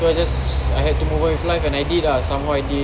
so I just I had to move on with life and I did ah somehow I did